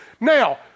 Now